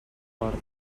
porta